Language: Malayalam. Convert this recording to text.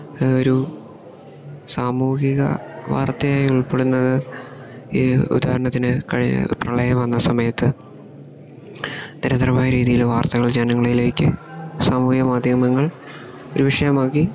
ഒരു സാമൂഹിക വാർത്തയായി ഉൾപ്പെടുന്നത് ഈ ഉദാഹരണത്തിന് കഴിഞ്ഞ പ്രളയം വന്ന സമയത്ത് നിരന്തരമായ രീതിയില് വാർത്തകള് ജനങ്ങളിലേക്ക് സാമൂഹിക മാധ്യമങ്ങൾ ഒരു വിഷയമാക്കി